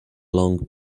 long